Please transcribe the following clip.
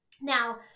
Now